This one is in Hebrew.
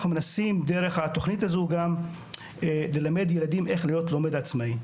אנחנו מנסים דרך התוכנית הזו גם ללמד ילדים איך להיות לומד עצמאי.